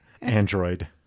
Android